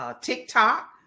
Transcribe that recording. TikTok